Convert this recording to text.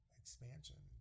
expansion